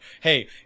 hey